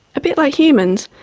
a bit like humans,